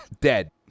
dead